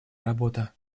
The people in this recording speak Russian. работа